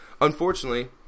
unfortunately